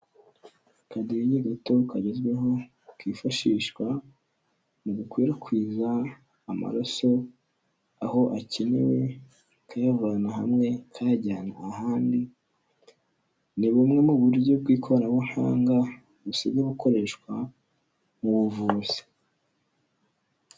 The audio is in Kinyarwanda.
Akadege gato kagezweho, kifashishwa mu gukwirakwiza amaraso aho akenewe, kuyavana hamwe kayajyana ahandi, ni bumwe mu buryo bw'ikoranabuhanga, busigaye bukoreshwa mu buvuzi.